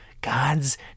God's